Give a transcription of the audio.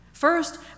First